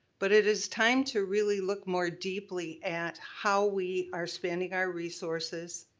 but it is time to really look more deeply at how we are spending our resources.